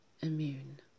immune